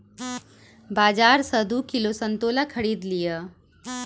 बाजार सॅ दू किलो संतोला खरीद लिअ